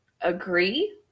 agree